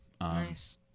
Nice